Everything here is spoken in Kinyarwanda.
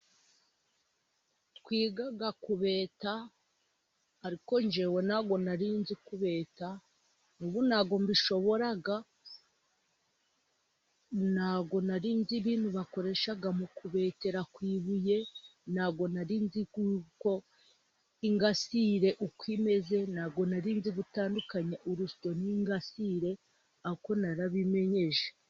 Twigaga kubeta ariko njyewe nabwo nari nzi kubeta, n'ubu ntabwo mbishobora. Ntabwo nari nzi ibintu bakoresha mu kubetera ku ibuye, ntabwo nari nzi kuko ingasire uko imeze, ntabwo nari nzi gutandukanya urusyo n'ingasire, ariko narabimenye njye.